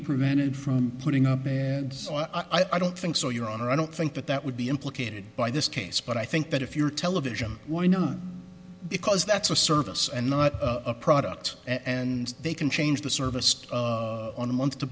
prevented from putting up i don't think so your honor i don't think that that would be implicated by this case but i think that if your television why not because that's a service and not a product and they can change the service on a month to